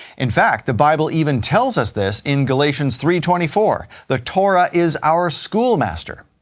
in fact, the bible even tells us this in galatians three twenty four the torah is our schoolmaster.